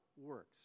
works